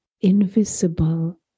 invisible